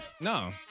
No